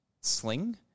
sling